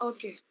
Okay